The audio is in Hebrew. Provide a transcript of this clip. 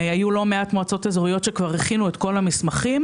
היו לא מעט מועצות אזוריות שכבר הכינו את כל המסמכים.